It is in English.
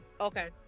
Okay